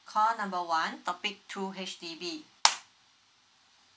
call number one topic two H_D_B